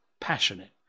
passionate